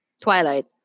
twilight